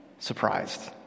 Surprised